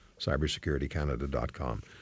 CybersecurityCanada.com